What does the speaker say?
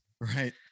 Right